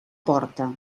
porta